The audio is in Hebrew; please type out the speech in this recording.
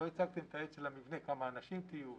לא הצגתם את העץ של המבנה, כמה אנשים תהיו וכולי.